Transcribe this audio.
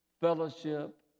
fellowship